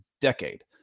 decade